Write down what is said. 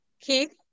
Keith